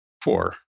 four